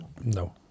No